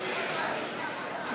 המחנה הציוני